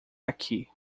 aqui